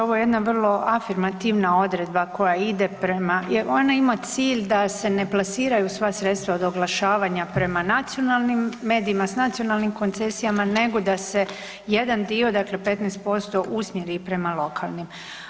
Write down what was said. Ovo je jedna vrlo afirmativna odredba koja ide prema, ona ima cilj da se ne plasiraju sva sredstva od oglašavanja prema nacionalnim medijima, s nacionalnim koncesijama, nego da se jedan dio dakle 15% usmjeri prema lokalnim.